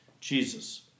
Jesus